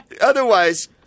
otherwise